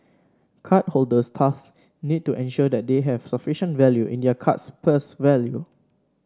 card holders thus need to ensure that they have sufficient value in their card's purse value